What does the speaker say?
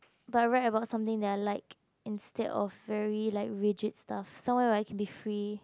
but I write about something that I like instead of very like rigid stuff somewhere where I can be free